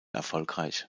erfolgreich